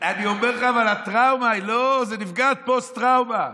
היא לא תתדלק יותר.